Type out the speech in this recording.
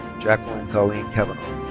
jacqueline colleen kavanagh.